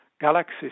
galaxy